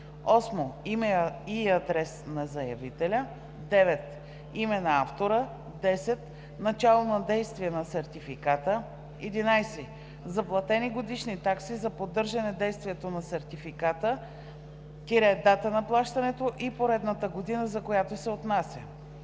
8. име и адрес на заявителя; 9. име на автора; 10. начало на действие на сертификата; 11. заплатени годишни такси за поддържане действието на сертификата – дата на плащането и поредната година, за която се отнася;